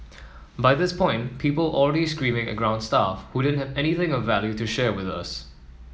by this point people already screaming at ground staff who didn't have anything of value to share with us